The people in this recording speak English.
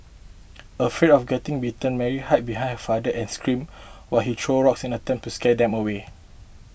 afraid of getting bitten Mary hid behind her father and screamed while he threw rocks in an attempt to scare them away